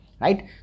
right